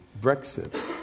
Brexit